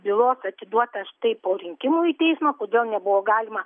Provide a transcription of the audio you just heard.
bylos atiduota štai po rinkimų į teismą kodėl nebuvo galima